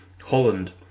Holland